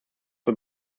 für